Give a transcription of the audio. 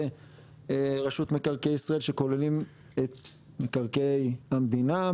רשות מקרקעי ישראל שכוללים את מקרקעי המדינה,